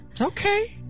Okay